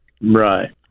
Right